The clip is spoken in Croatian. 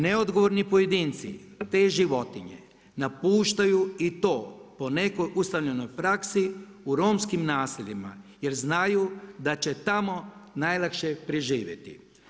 Neodgovorni pojedinci te životinje napuštaju i to po nekoj ustaljenoj praksi u romskim naseljima jer znaju da će tamo najlakše preživjeti.